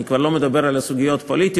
אני כבר לא מדבר על סוגיות פוליטיות,